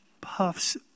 puffs